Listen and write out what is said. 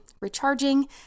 recharging